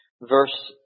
verse